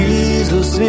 Jesus